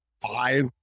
five